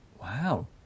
wow